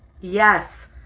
Yes